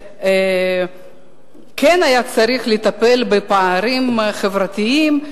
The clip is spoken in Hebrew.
שהיה צריך לטפל בפערים החברתיים,